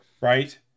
right